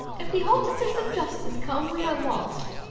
if the officers of justice come, we are lost!